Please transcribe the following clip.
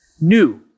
new